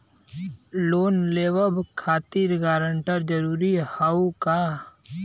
Loan लेवब खातिर guarantor जरूरी हाउ का?